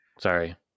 Sorry